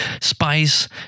spice